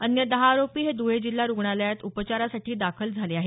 अन्य दहा आरोपी हे धुळे जिल्हा रुग्णालयात उपचारासाठी दाखल झाले आहेत